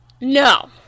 No